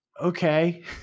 okay